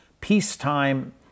Peacetime